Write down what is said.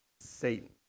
Satan